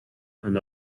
and